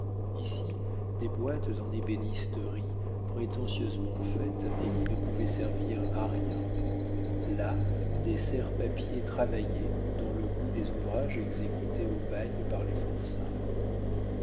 ici des boîtes en ébénisterie prétentieusement faites et qui ne pouvaient servir à rien là des serre papiers travaillés dans le goût des ouvrages exécutés au bagne par les forçats